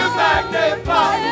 magnify